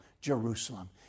Jerusalem